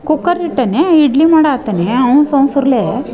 cooker ಇಟ್ಟೆನಿ ಇಡ್ಲಿ ಮಾಡೋ ಹತ್ತೇನಿ ಅವ್ನ್ಸ ಅವಸರ್ಲೆ